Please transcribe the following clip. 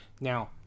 Now